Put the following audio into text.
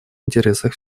интересах